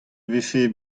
vefe